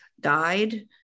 died